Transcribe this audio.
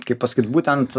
kaip pasakyt būtent